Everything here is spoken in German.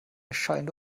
schallende